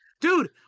Dude